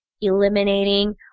eliminating